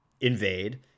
invade